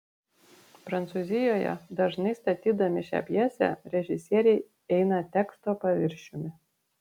prancūzijoje dažnai statydami šią pjesę režisieriai eina teksto paviršiumi